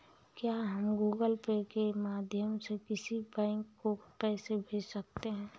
क्या हम Google Pay के माध्यम से किसी बैंक को पैसे भेज सकते हैं?